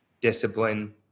discipline